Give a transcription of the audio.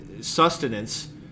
sustenance